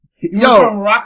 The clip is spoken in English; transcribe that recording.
yo